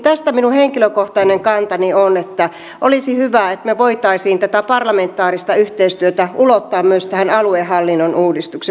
tässä minun henkilökohtainen kantani on että olisi hyvä että me voisimme tätä parlamentaarista yhteistyötä ulottaa myös tähän aluehallinnon uudistukseen